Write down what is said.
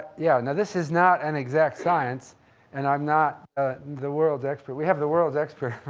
yeah, now this is not an exact science and i'm not the world's expert. we have the world's expert